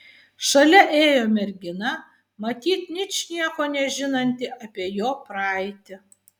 šalia ėjo mergina matyt ničnieko nežinanti apie jo praeitį